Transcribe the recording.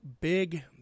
big